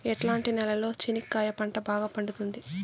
ఎట్లాంటి నేలలో చెనక్కాయ పంట బాగా పండుతుంది?